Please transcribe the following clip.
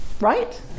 Right